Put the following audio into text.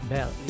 Bell